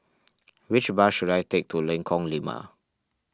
which bus should I take to Lengkong Lima